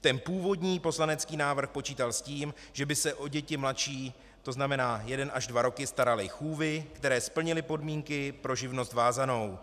Ten původní poslanecký návrh počítal s tím, že by se o děti mladší, tzn. jeden až dva roky, staraly chůvy, které splnily podmínky pro živnost vázanou.